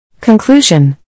Conclusion